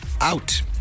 out